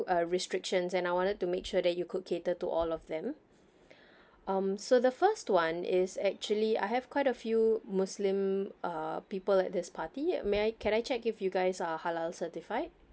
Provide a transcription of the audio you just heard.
uh restrictions and I wanted to make sure that you could cater to all of them um so the first one is actually I have quite a few muslim uh people at this party may I can I check if you guys are halal certified